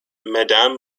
madame